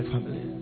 Family